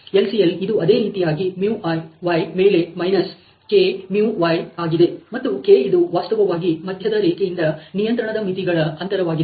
LCL ಇದು ಅದೇ ರೀತಿಯಾಗಿ y ಮೇಲೆ ಮೈನಸ್ k y ಆಗಿದೆ ಮತ್ತು k ಇದು ವಾಸ್ತವವಾಗಿ ಮಧ್ಯದ ರೇಖೆಯಿಂದ ನಿಯಂತ್ರಣದ ಮಿತಿಗಳ ಅಂತರವಾಗಿದೆ